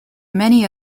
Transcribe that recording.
many